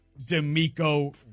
D'Amico